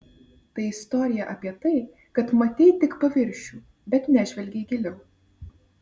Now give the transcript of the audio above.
tai istorija apie tai kad matei tik paviršių bet nežvelgei giliau